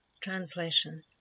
translation